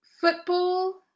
football